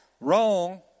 Wrong